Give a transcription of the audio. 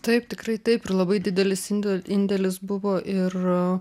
taip tikrai taip ir labai didelis inde indėlis buvo ir